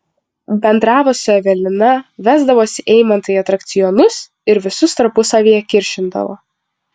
bendravo su evelina vesdavosi eimantą į atrakcionus ir visus tarpusavyje kiršindavo